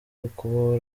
ukuba